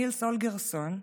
נילס הולגרסון,